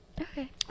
Okay